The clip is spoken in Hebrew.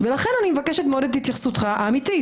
לכן אני מבקשת את התייחסותך האמיתית.